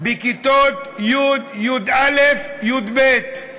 בכיתות י', י"א, י"ב.